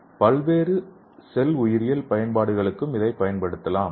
பல்வேறு செல் உயிரியல் பயன்பாடுகளுக்கும் இதைப் பயன்படுத்தலாம்